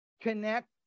connect